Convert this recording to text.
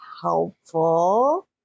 helpful